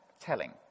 telling